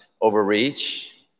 overreach